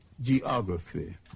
geography